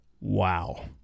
Wow